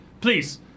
Please